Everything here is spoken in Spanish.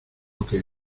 que